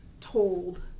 told